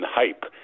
hype